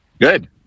Good